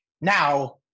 now